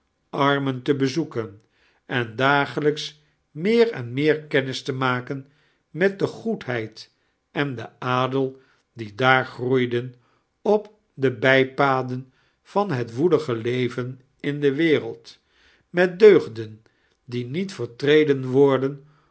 armen te beaoeken en daglijkb meer en meer kentnis te maken met de goedhead en den adel die daar groeien op de bijpaden van het woelige leven in de wemeld met deugden die niet vertredem worden